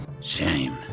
shame